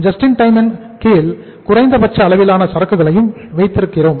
JIT இன் கீழ் குறைந்த பட்ச அளவிலான சரக்குகளையும் வைத்திருக்கிறோம்